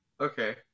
Okay